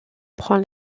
prend